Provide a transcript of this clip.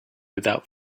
without